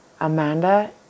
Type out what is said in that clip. Amanda